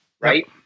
right